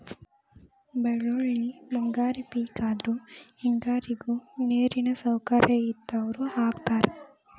ಬಳ್ಳೋಳ್ಳಿ ಮುಂಗಾರಿ ಪಿಕ್ ಆದ್ರು ಹೆಂಗಾರಿಗು ನೇರಿನ ಸೌಕರ್ಯ ಇದ್ದಾವ್ರು ಹಾಕತಾರ